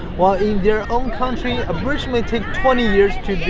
while in their own countries, a bridge may take twenty years to